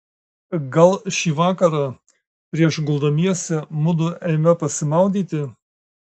gal šį vakarą prieš guldamiesi mudu eime pasimaudyti